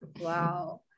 Wow